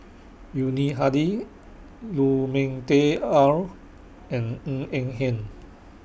Yuni Hadi Lu Ming Teh Earl and Ng Eng Hen